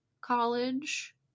college